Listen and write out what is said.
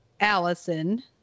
Allison